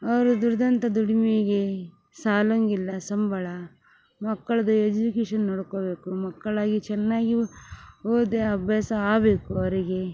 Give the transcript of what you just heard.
ಅವರು ದುಡಿದಂಥ ದುಡಿಮೆಗೆ ಸಾಲಂಗಿಲ್ಲ ಸಂಬಳ ಮಕ್ಕಳ್ದ ಎಜುಕೇಶನ್ ನೋಡ್ಕೊಬೇಕು ಮಕ್ಕಳಗಿ ಚೆನ್ನಾಗಿ ಓದಿ ಅಭ್ಯಾಸ ಆಗಬೇಕು ಅವರಿಗೆ